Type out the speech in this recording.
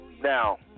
Now